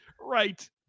Right